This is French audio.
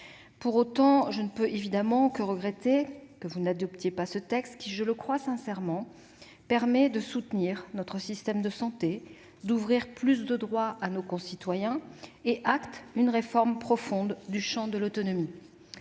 Pour autant, je ne peux évidemment que regretter le fait que vous n'adoptiez pas ce texte qui, je le crois sincèrement, permet de soutenir notre système de santé, d'ouvrir plus de droits à nos concitoyens, et acte une réforme profonde du champ de l'autonomie.